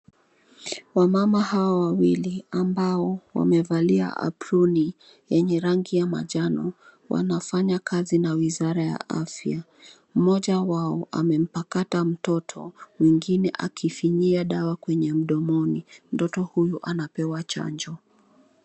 Wamama hao wawili ambao wamevalia aproni yenye rangi ya manjano, wanafanya kazi na wizara ya afya. Mmoja wao amempakata mtoto, mwingine akifinyia dawa mdomoni. Mtoot huyu anapewa chanjo.